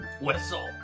Whistle